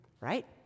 Right